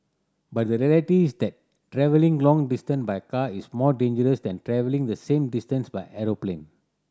but the reality is that travelling long distance by car is more dangerous than travelling the same distance by aeroplane